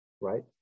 right